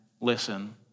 listen